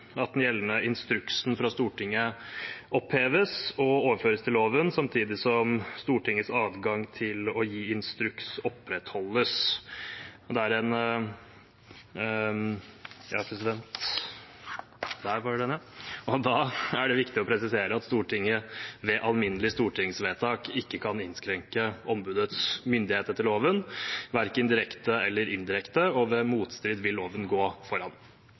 at den gjeldende instruksen fra Stortinget oppheves og overføres til loven, samtidig som Stortingets adgang til å gi instruks opprettholdes. Da er det viktig å presisere at Stortinget ved alminnelig stortingsvedtak ikke kan innskrenke ombudets myndighet etter loven, verken direkte eller indirekte, og at ved motstrid vil loven gå foran.